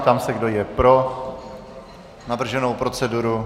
Ptám se, kdo je pro navrženou proceduru.